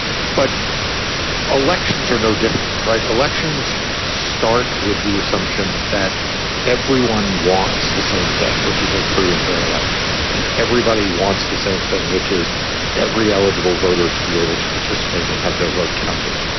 but elections are no different. right. elections start with the assumption that everyone wants the same thing, which is a free and fair election and everybody wants the same thing, which is every eligible voter to be able to participate and have their vote counted.